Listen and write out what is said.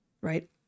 right